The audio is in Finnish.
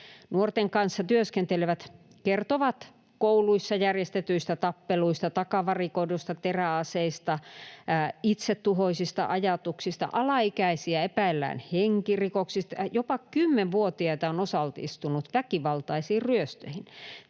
Nuorten kanssa työskentelevät kertovat kouluissa järjestetyistä tappeluista, takavarikoiduista teräaseista, itsetuhoisista ajatuksista. Alaikäisiä epäillään henkirikoksista. Jopa kymmenvuotiaita on osallistunut väkivaltaisiin ryöstöihin.